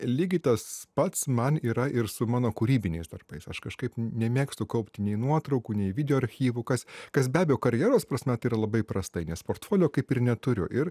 lygiai tas pats man yra ir su mano kūrybiniais darbais aš kažkaip nemėgstu kaupti nei nuotraukų nei video archyvų kas kas be abejo karjeros prasme tai yra labai prastai nes portfolio kaip ir neturiu ir